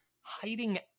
hiding